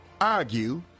argue